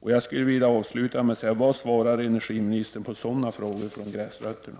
Jag skulle vilja avsluta med frågan: Vad svarar energiministern på sådana frågor från gräsrötterna?